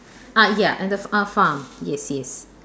ah ya and the uh farm yes yes